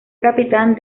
capitán